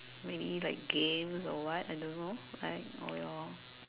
maybe like games or what I don't know like or your